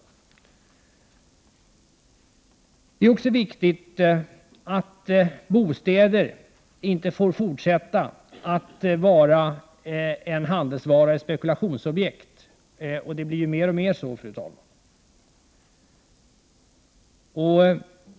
Det är också viktigt att bostaden inte får fortsätta att vara en handelsvara och ett spekulationsobjekt — det blir ju mer och mer så, fru talman.